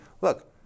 look